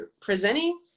presenting